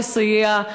לסייע,